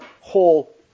whole